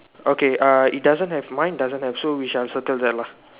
okay uh it doesn't have mine doesn't have so we shall circle that lah